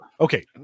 okay